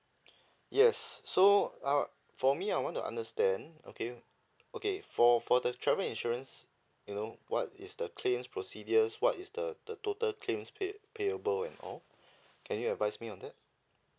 yes so uh for me I want to understand okay okay for for the travel insurance you know what is the claims procedures what is the the total claim pay~ payable and all can you advise me on that